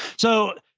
so